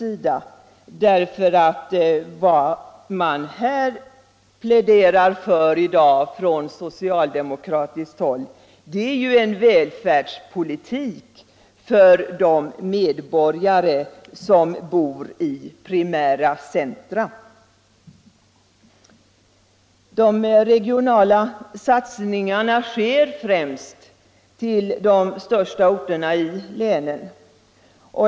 Vad man pläderar för i dag från socialdemokratiskt håll är en välfärdspolitik för de medborgare som bor i primära centra. De regionala satsningarna sker främst på de största orterna i länen.